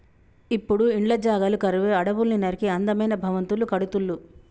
ఇప్పుడు ఇండ్ల జాగలు కరువై అడవుల్ని నరికి అందమైన భవంతులు కడుతుళ్ళు